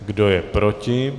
Kdo je proti?